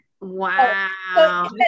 Wow